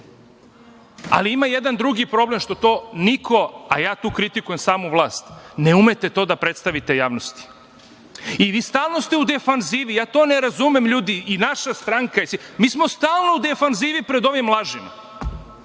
jedan drugi problem, što to niko, a ja tu kritikujem samo vlast, ne umete to da predstavite javnosti. Vi ste stalno u defanzivi, ja to ne razumem. Ljudi, i naša stranka i svi, mi smo stalno u defanzivi pred ovim lažima